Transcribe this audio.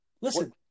Listen